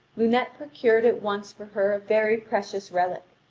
lunete procured at once for her a very precious relic,